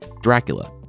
Dracula